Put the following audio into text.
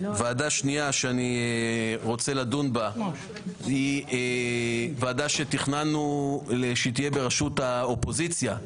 ועדה שנייה שאני רוצה לדון בה היא ועדה שתכננו שתהיה בראשות האופוזיציה,